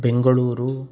Bengaluru